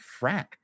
frack